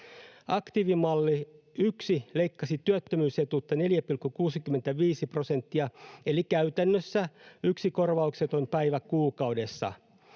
Aktiivimalli 1 leikkasi työttömyysetuutta 4,65 prosenttia, eli käytännössä yksi korvaukseton päivä kuukaudessa.